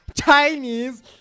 Chinese